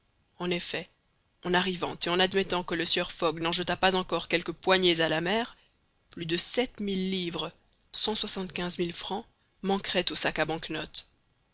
en effet en arrivant et en admettant que le sieur fogg n'en jetât pas encore quelques poignées à la mer plus de sept mille livres cent soixante-quinze mille manquerait au sac